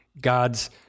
God's